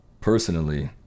personally